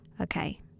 Okay